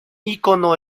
ícono